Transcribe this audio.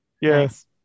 Yes